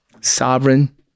Sovereign